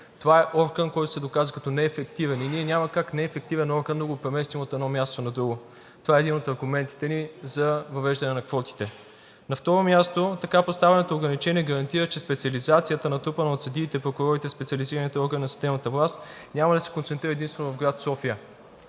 Това е орган, който се доказа като неефективен, и ние няма как неефективен орган да го преместим от едно място на друго. Това е един от аргументите ни за въвеждане на квотите. На второ място, така поставеното ограничение гарантира, че специализацията, натрупана от съдиите, прокурорите, специализираните органи на съдебната власт, няма да се концентрира единствено в град София,